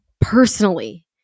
personally